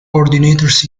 coordinators